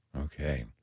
Okay